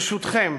ברשותכם,